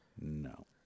No